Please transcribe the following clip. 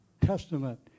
Testament